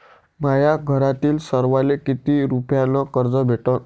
माह्या घरातील सर्वाले किती रुप्यान कर्ज भेटन?